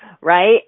right